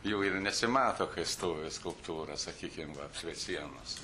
jau ir nesimato kai stovi skulptūra sakykim va prie sienos